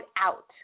out